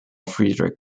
friedrich